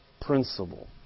principle